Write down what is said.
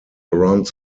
around